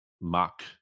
mock